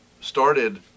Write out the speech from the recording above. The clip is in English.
started